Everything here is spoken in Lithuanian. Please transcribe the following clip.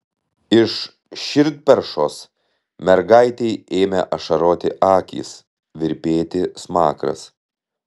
iš širdperšos mergaitei ėmė ašaroti akys virpėti smakras